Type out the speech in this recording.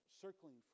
circling